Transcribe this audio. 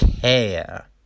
care